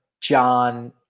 John